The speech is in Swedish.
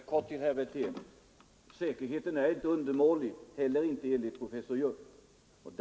Herr talman! Kort till herr Wirtén: Säkerheten är inte undermålig, inte heller enligt professor Jung.